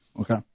Okay